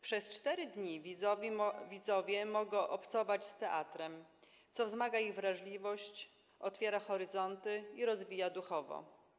Przez 4 dni widzowie mogą obcować z teatrem, co wzmaga ich wrażliwość, otwiera horyzonty i rozwija duchowo.